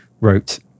wrote